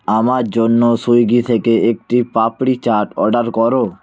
আমার জন্য সুইগি থেকে একটি পাপড়ি চাট অর্ডার করো